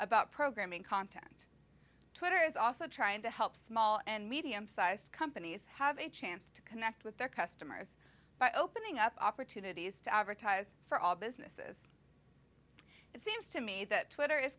about programming content twitter is also trying to help small and medium sized companies have a chance to connect with their customers by opening up opportunities to advertise for all businesses it seems to me that twitter i